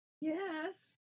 Yes